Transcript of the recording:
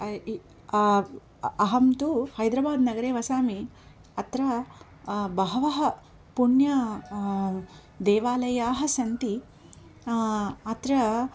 अहं तु हैद्राबाद् नगरे वसामि अत्र बहवः पुण्य देवालयाः सन्ति अत्र